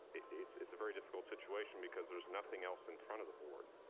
it's it's a very difficult situation because there's nothing else in front of the board.